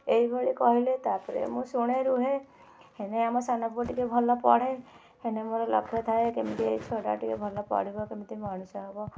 ଏହିଭଳି କହିଲେ ତା'ପରେ ମୁଁ ଶୁଣେ ରୁହେ ହେଲେ ଆମ ସାନ ପୁଅ ଟିକେ ଭଲ ପଢ଼େ ହେଲେ ମୋର ଲକ୍ଷ୍ୟ ଥାଏ କେମିତି ଏ ଛୁଆଟା ଟିକେ ଭଲ ପଢ଼ିବ କେମିତି ମଣିଷ ହବ